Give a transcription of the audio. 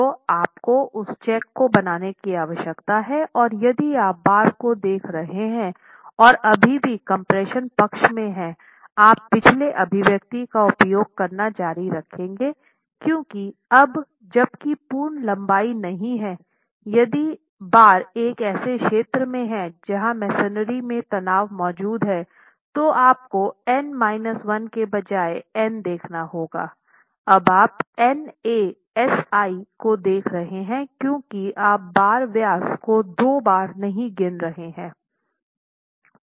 तो आपको उस चेक को बनाने की आवश्यकता है और यदि आप बार को देख रहे हैं और अभी भी कम्प्रेशन पक्ष में हैं आप पिछले अभिव्यक्ति का उपयोग करना जारी रखेंगे क्योंकि अब जबकि पूर्ण लंबाई नहीं है यदि बार एक ऐसे क्षेत्र में है जहां मेसनरी में तनाव मौजूद है तो आपको n 1 के बजाय n देखना होगा अब आप nA si को देख रहे हैं क्योंकि आप बार व्यास को दो बार नहीं गिन रहे हैं